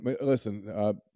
listen